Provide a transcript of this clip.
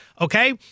Okay